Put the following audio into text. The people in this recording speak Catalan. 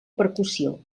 percussió